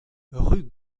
rue